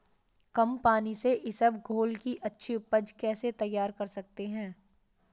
कम पानी से इसबगोल की अच्छी ऊपज कैसे तैयार कर सकते हैं?